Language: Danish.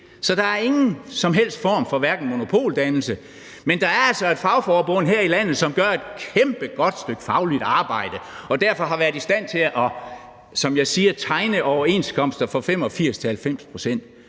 Så der er ikke nogen som helst form for hverken monopoldannelse eller andet, men der er altså et fagforbund her i landet, som gør et kæmpe godt stykke fagligt arbejde, og derfor har været i stand til, som jeg siger, at tegne overenskomster på 85-90 pct.